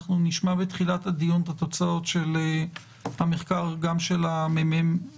אנחנו נשמע בתחילת הדיון את תוצאות המחקר גם של הממ"מ